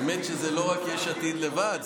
האמת שזה לא רק יש עתיד לבד.